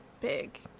big